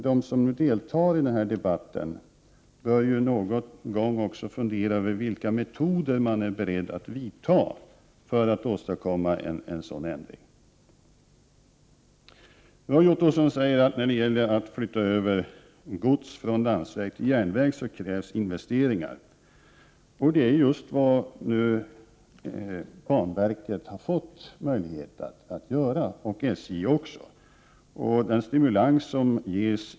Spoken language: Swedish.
De som deltar i denna debatt bör någon gång också fundera över vilka metoder man kan och är beredd att tillämpa för att åstadkomma en ändring. Roy Ottosson säger vidare att det för flyttning av godstransporter från landsväg till järnväg krävs investeringar. Men planverket och SJ har ju fått möjligheter.